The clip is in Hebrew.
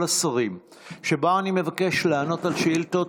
השרים שבו אני מבקש לענות על שאילתות.